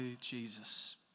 Jesus